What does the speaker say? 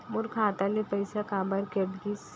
मोर खाता ले पइसा काबर कट गिस?